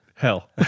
Hell